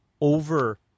over